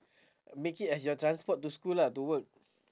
make it as your transport to school lah to work